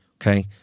Okay